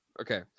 Okay